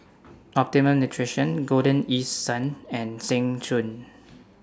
Optimum Nutrition Golden East Sun and Seng Choon